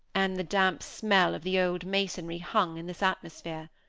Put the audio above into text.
and the damp smell of the old masonry hung in this atmosphere.